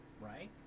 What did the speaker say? right